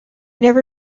never